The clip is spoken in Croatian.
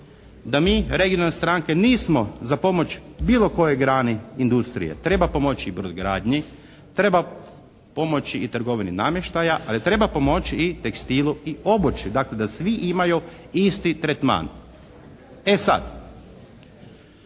da mi, regionalne stranke, nismo za pomoć bilo kojoj grani industrije. Treba pomoći brodogradnji, treba pomoći i trgovini namještaja, ali treba pomoći i tekstilu i obući. Dakle, da svi imaju isti tretman. E sad,